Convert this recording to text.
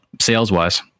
sales-wise